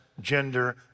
gender